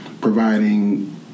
providing